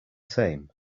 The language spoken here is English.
same